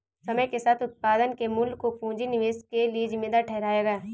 समय के साथ उत्पादन के मूल्य को पूंजी निवेश के लिए जिम्मेदार ठहराया गया